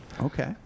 Okay